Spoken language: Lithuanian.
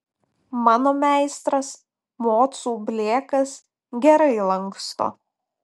mano meistras mocų blėkas gerai lanksto